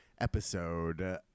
Episode